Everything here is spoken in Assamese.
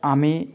আমি